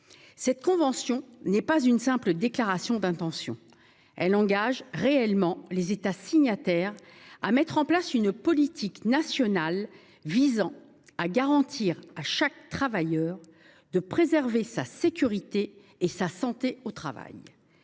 Cette convention n’est pas une simple déclaration d’intention : elle engage réellement les États signataires à mettre en place une politique nationale visant à garantir à chaque travailleur de préserver sa sécurité et sa santé au travail.